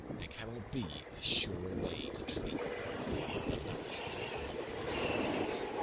there cannot be a surer way to trace than that of an old fox.